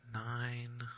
nine